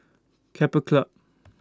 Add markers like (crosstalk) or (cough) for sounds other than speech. Keppel Club (noise)